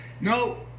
no